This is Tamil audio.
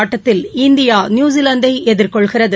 ஆட்டத்தில் இந்தியா நியுசிலாந்தை எதிர்கொள்கிறது